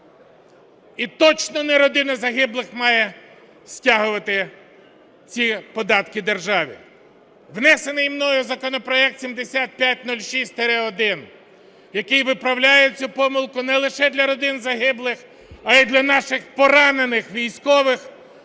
І точно не родини загиблих має стягувати ці податки державі. Внесений мною законопроект 7506-1, який виправляє цю помилку не лише для родин загиблих, а і для наших поранених військових,